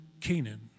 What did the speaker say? Canaan